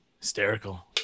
Hysterical